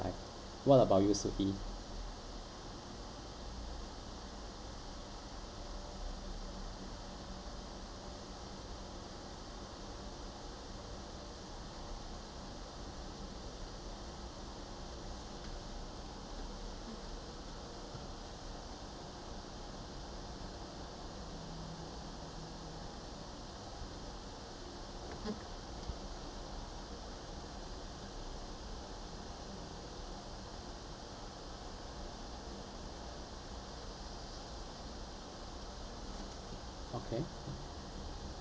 what about you soo ee okay